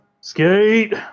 Skate